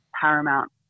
paramount